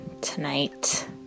tonight